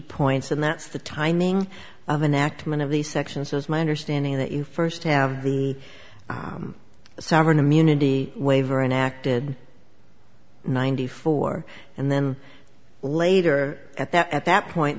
points and that's the timing of an act many of these sections is my understanding that you first have the sovereign immunity waiver and acted in ninety four and then later at that at that point